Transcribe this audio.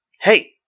Hey